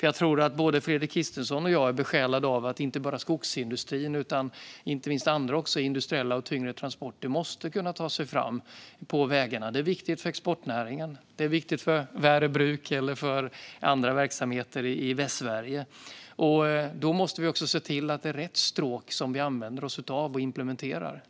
Jag tror att både Fredrik Christensson och jag är besjälade av att såväl skogsindustrin som andra tunga transporter ska kunna ta sig fram på vägarna. Det är viktigt för exportnäringen. Det är viktigt för Värö bruk och andra verksamheter i Västsverige. Då måste vi också se till att det är rätt stråk som vi använder oss av och implementerar.